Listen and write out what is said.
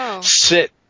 sit